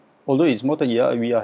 although is more than ya we are